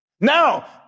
Now